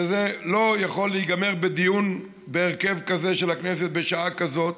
וזה לא יכול להיגמר בדיון בהרכב כזה של הכנסת בשעה כזאת,